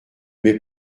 mes